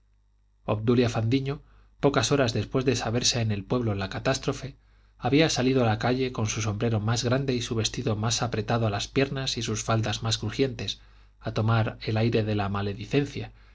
obdulia fandiño pocas horas después de saberse en el pueblo la catástrofe había salido a la calle con su sombrero más grande y su vestido más apretado a las piernas y sus faldas más crujientes a tomar el aire de la maledicencia